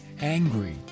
angry